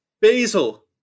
Basil